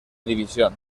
división